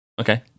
Okay